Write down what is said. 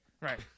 Right